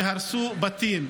והרסו בתים.